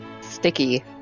Sticky